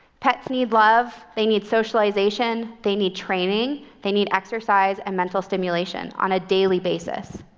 pets need love, they need socialization, they need training, they need exercise and mental stimulation on a daily basis.